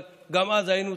אבל אז היינו,